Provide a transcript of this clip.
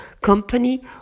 company